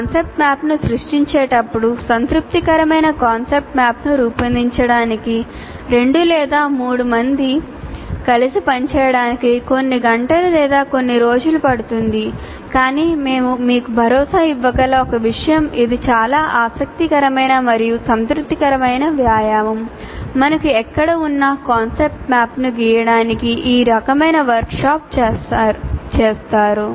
concept మ్యాప్ను సృష్టించేటప్పుడు సంతృప్తికరమైన కాన్సెప్ట్ మ్యాప్ను రూపొందించడానికి 2 లేదా 3 మంది కలిసి పనిచేయడానికి కొన్ని గంటలు లేదా కొన్ని రోజులు పడుతుంది కాని మేము మీకు భరోసా ఇవ్వగల ఒక విషయం ఇది చాలా ఆసక్తికరమైన మరియు సంతృప్తికరమైన వ్యాయామం మనకు ఎక్కడ ఉన్నా కాన్సెప్ట్ మ్యాప్ను గీయడానికి ఈ రకమైన వర్క్షాప్ చేసారు